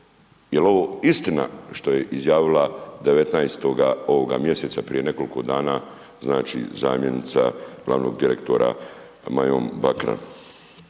jel ovo istina što je izjavila 19. ovoga mjeseca prije nekoliko dana, znači, zamjenica glavnog direktora Majom Bakran?